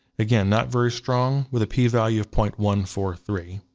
again not very strong with a p-value of point one four three.